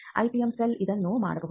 IPM cell ಇದನ್ನು ಮಾಡಬಹುದು